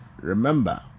Remember